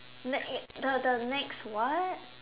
ne~ eh the the next what